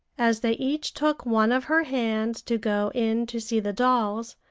as they each took one of her hands to go in to see the dolls,